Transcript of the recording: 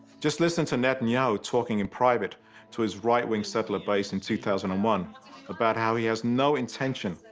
just listen to netanyahu talking in private to his right wing settler base in two thousand and one about how he has no intention,